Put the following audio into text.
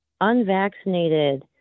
unvaccinated